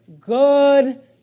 Good